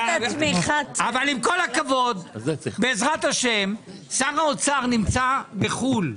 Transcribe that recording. אבל עם כל הכבוד זה בעזרת ה' שר האוצר נמצא בחו"ל.